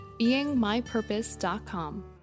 beingmypurpose.com